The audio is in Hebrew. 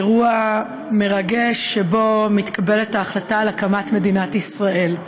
אירוע מרגש שבו מתקבלת ההחלטה על הקמת מדינת ישראל.